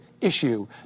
issue